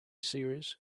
series